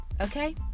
Okay